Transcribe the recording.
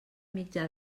mitjà